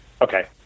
Okay